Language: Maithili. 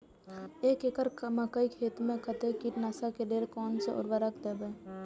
एक एकड़ मकई खेत में कते कीटनाशक के लेल कोन से उर्वरक देव?